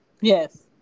yes